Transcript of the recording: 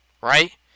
Right